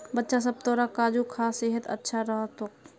बच्चा सब, तोरा काजू खा सेहत अच्छा रह तोक